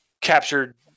captured